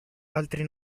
altri